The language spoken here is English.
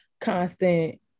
constant